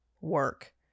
work